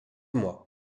mois